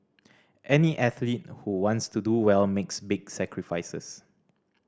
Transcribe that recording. any athlete who wants to do well makes big sacrifices